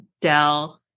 Dell